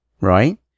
right